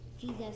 Jesus